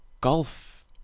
golf